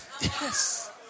Yes